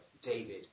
David